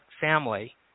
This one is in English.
family